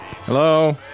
Hello